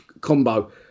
combo